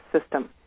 system